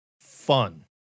fun